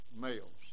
males